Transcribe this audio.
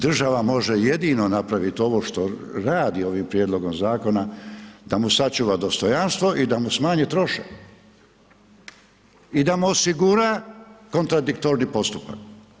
Država može jedino napraviti ovo što radi ovim prijedlogom zakona da mu sačuva dostojanstvo i da mu smanji trošak i da mu osigura kontradiktorni postupak.